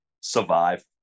survive